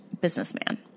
businessman